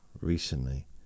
recently